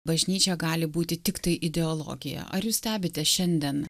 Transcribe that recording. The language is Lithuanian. bažnyčia gali būti tiktai ideologija ar jūs stebite šiandien